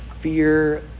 fear